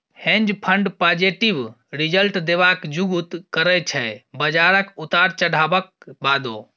हेंज fund positive result देबाक जुगुत करय छै बजारक उतार चढ़ाबक बादो